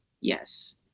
Yes